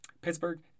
Pittsburgh